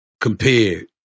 compared